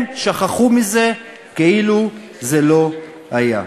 הם שכחו מזה כאילו זה לא היה.